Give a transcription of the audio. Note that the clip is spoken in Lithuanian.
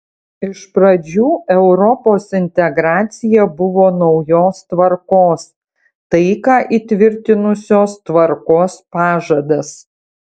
iš pradžių europos integracija buvo naujos tvarkos taiką įtvirtinusios tvarkos pažadas